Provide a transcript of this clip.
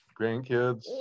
grandkids